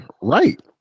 right